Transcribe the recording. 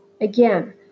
again